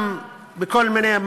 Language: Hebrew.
כל מיני,